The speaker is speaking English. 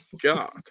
God